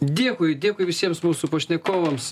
dėkui dėkui visiems mūsų pašnekovams